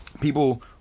people